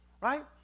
right